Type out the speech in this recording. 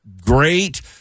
great